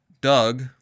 Doug